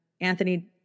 Anthony